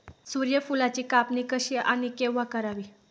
सूर्यफुलाची कापणी कशी आणि केव्हा करावी?